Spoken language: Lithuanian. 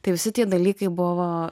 tai visi tie dalykai buvo